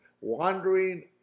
wandering